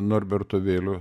norberto vėlio